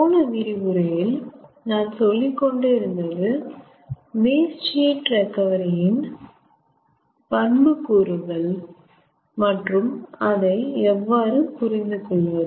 போன விரிவுரையில் நான் சொல்லிக்கொண்டு இருந்தது வேஸ்ட் ஹீட் இன் பண்புக்கூறுகள் மற்றும் அதை எவ்வாறு புரிந்து கொள்வது